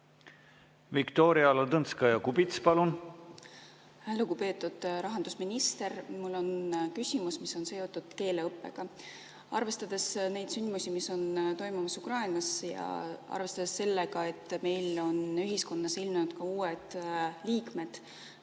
Viktoria Ladõnskaja-Kubits, palun! Lugupeetud rahandusminister! Mul on küsimus, mis on seotud keeleõppega. Arvestades sündmusi, mis toimuvad Ukrainas, ja arvestades seda, et meil on ühiskonnas uued liikmed